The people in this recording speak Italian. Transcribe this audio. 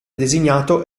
designato